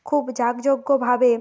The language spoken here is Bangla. খুব যাগযজ্ঞভাবে